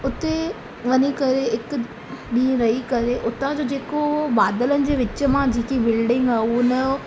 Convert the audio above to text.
उते वञी करे हिकु ॾींहुं रही करे उतां जो जेको बादलनि जे विच मां जेकी बिल्डिंग आहे उनजो